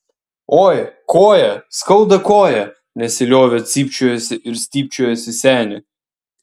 oi koją skauda koją nesiliovė cypčiojusi ir stypčiojusi senė